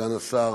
סגן השר,